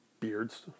beards